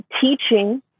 teaching